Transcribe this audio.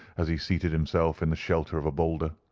as he seated himself in the shelter of a boulder.